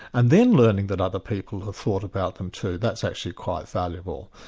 and then learning that other people have thought about them too. that's actually quite valuable.